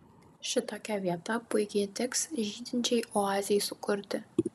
šitokia vieta puikiai tiks žydinčiai oazei sukurti